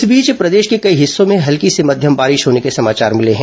इस बीच प्रदेश के कई हिस्सों में हल्की से मध्यम बारिश होने के समाचार मिले हैं